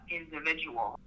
individual